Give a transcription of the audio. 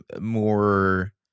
more